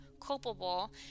culpable